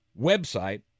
website